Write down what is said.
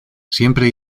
siempre